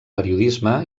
periodisme